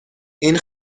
این